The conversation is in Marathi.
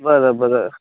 बरं बरं